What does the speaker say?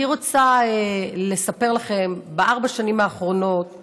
אני רוצה לספר לכם על